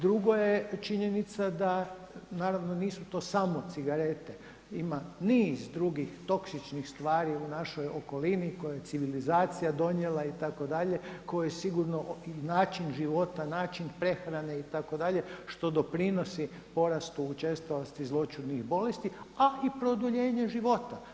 Drugo je činjenica da naravno nisu to samo cigarete, ima niz drugih toksičnih tvari u našoj okolini koje je civilizacija donijela itd. koje sigurno, način života, način prehrane itd. što doprinosi porastu učestalosti zloćudnih bolesti, a i produljenje života.